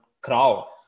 crowd